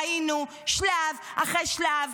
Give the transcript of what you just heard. ראינו שלב אחרי שלב,